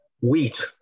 wheat